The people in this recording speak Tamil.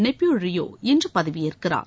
நெய்பியூ ரியோ இன்று பதவியேற்கிறார்